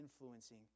influencing